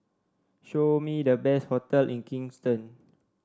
show me the best hotel in Kingston